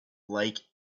like